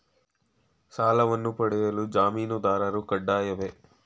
ಸಾಲವನ್ನು ಪಡೆಯಲು ಜಾಮೀನುದಾರರು ಕಡ್ಡಾಯವೇ?